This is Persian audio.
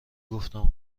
گفتم